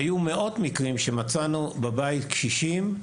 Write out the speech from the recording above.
היו מאות מקרים בהם מצאנו בבית קשישים,